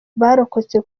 barokotse